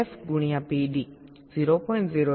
PF ગુણ્યા PD 0